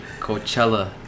Coachella